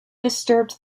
disturbed